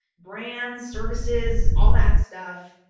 brands, services, all that stuff,